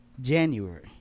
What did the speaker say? January